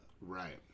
Right